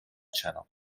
channel